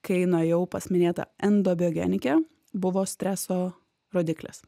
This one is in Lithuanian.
kai nuėjau pas minėtą endobiogenikę buvo streso rodiklis